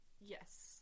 yes